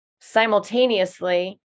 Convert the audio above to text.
simultaneously